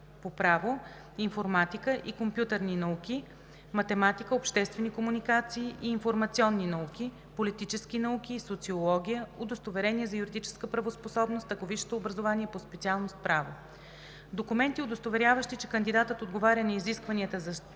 по право, информатика и компютърни науки, математика, обществени комуникации и информационни науки, политически науки и социология; удостоверение за юридическа правоспособност, ако висшето образование е по специалност „Право“; - документи, удостоверяващи, че кандидатът отговаря на изискванията за